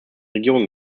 regionen